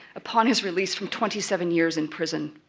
upon his release from twenty seven years in prison.